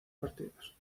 partidos